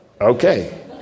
Okay